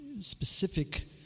specific